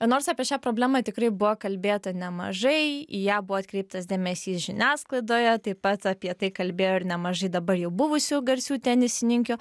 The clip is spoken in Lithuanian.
nors apie šią problemą tikrai buvo kalbėta nemažai į ją buvo atkreiptas dėmesys žiniasklaidoje taip pat apie tai kalbėjo ir nemažai dabar jau buvusių garsių tenisininkių